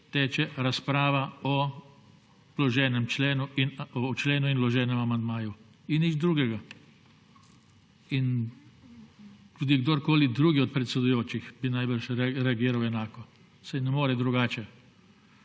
teče razprava o vloženem členu in o vloženem amandmaju in nič drugega. Tudi kdorkoli drugi od predsedujočih bi najbrž reagiral enako, saj ne more drugače.